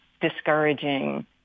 discouraging